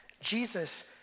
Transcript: Jesus